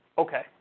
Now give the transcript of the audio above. Okay